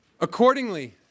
Accordingly